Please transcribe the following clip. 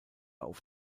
auf